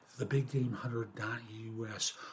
TheBigGameHunter.us